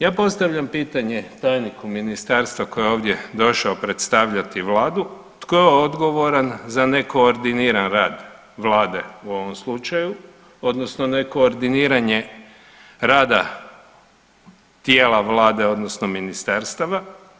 Ja postavljam pitanje tajniku ministarstva koji je ovdje došao predstavljati vladu, tko je odgovoran za ne koordiniran rad Vlada u ovom slučaju odnosno ne koordiniranje rada tijela Vlade odnosno ministarstava?